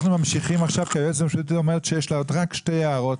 אנחנו ממשיכים כי היועצת המשפטית אומרת שיש לה רק שלוש הערות